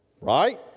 Right